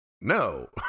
no